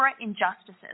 injustices